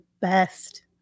best